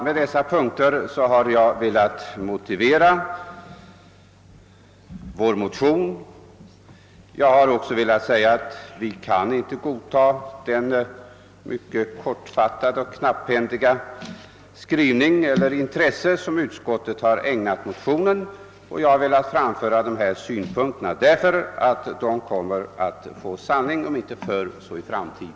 Med det anförda har jag velat motivera vår motion och samtidigt framhålla att jag inte kan godta den knapphändiga skrivning och det förströdda intresse som utskottet har ägnat motionen. Våra i motionen fram" förda synpunkter kommer också att besannas i en snar framtid.